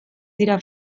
dira